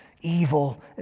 evil